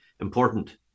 important